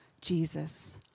Jesus